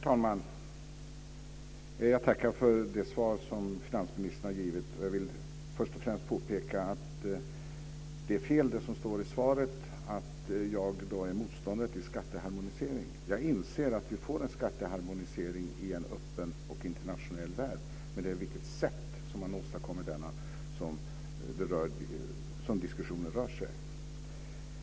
Fru talman! Jag tackar för det svar som finansministern har givit. Jag vill först och främst påpeka att det är fel, som står i svaret, att jag är motståndare till skatteharmonisering. Jag inser att vi får en skatteharmonisering i en öppen och internationell värld. Men det är på vilket sätt man åstadkommer denna som diskussionen rör sig om.